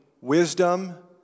wisdom